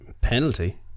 Penalty